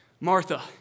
Martha